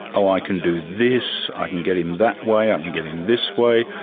oh i can do this, i can get him that way, i can get him this way,